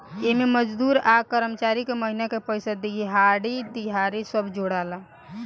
एमे मजदूर आ कर्मचारी के महिना के पइसा, देहाड़ी, तिहारी सब जोड़ाला